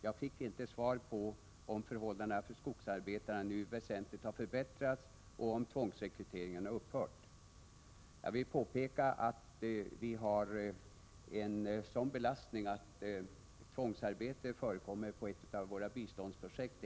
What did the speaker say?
Jag fick inte svar på om förhållandena för skogsarbetarna väsentligt har förbättrats och om tvångsrekryteringen upphört. Jag vill påpeka att det är en mycket svår belastning att tvångsarbete förekommer på ett av våra biståndsprojekt.